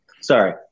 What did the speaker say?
Sorry